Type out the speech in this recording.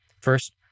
First